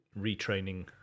retraining